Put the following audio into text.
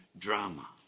drama